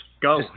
go